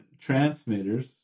transmitters